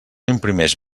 imprimeix